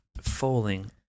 Falling